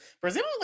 presumably